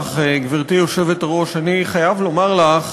גברתי היושבת-ראש, תודה רבה לך, אני חייב לומר לך